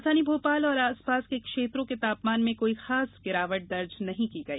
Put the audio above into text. राजधानी भोपाल और आसपास के क्षेत्रों के तापमान में कोई खास गिरावट नहीं दर्ज की गई